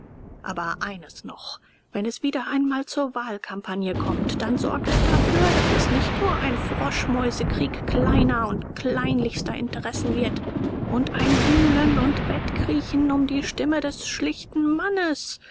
aber eines noch wenn es wieder einmal zur wahlkampagne kommt dann sorgt dafür daß es nicht nur ein froschmäusekrieg kleiner und kleinlichster interessen wird und ein buhlen und wettkriechen um die stimme des schlichten mannes